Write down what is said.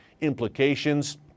implications